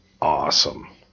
awesome